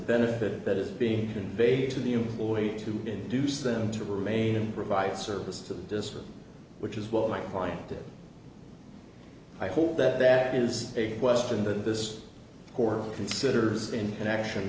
benefit that is being conveyed to the employee to induce them to remain and provide service to the district which is what my client did i hope that that is a question that this court considers in connection